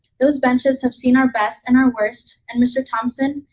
those benches have seen our best and our worst, and mr. thompson,